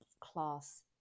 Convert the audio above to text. class